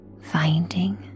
finding